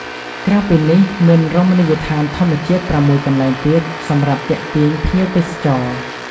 ក្រៅពីនេះមានរមនីយដ្ឋានធម្មជាតិ៦កន្លែងទៀតសម្រាប់ទាក់ទាញភ្ញៀវទេសចរណ៍។